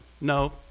No